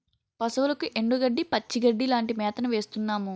పశువులకు ఎండుగడ్డి, పచ్చిగడ్డీ లాంటి మేతను వేస్తున్నాము